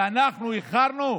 ואנחנו איחרנו?